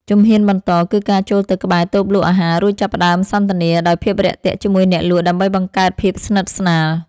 ជំហានបន្ត គឺការចូលទៅក្បែរតូបលក់អាហារ រួចចាប់ផ្ដើមសន្ទនាដោយភាពរាក់ទាក់ជាមួយអ្នកលក់ ដើម្បីបង្កើតភាពស្និទ្ធស្នាល។